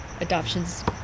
Adoptions